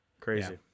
crazy